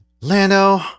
Lando